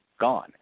gone